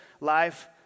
life